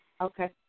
Okay